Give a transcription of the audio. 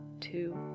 Two